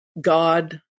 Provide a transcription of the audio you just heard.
God